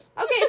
Okay